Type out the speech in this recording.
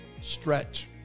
stretch